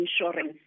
insurance